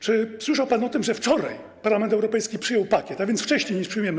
Czy słyszał pan o tym, że wczoraj Parlament Europejski przyjął pakiet, a więc wcześniej niż my przyjmujemy?